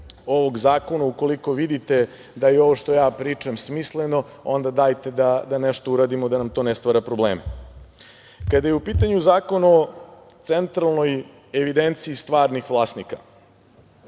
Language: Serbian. ovog zakona ukoliko vidite da je ovo što pričam smisleno, onda dajte da nešto uradimo da nam to ne stvara probleme. Kada je u pitanju Zakon o centralnoj evidenciji stvarnih vlasnika.